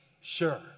Sure